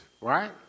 right